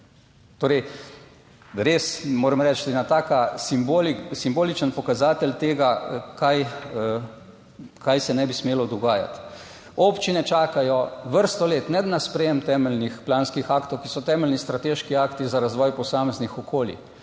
Torej, res, moram reči, en tak simboličen pokazatelj tega, kaj, kaj se ne bi smelo dogajati. Občine čakajo vrsto let, ne na sprejem temeljnih planskih aktov, ki so temeljni strateški akti za razvoj posameznih okolij.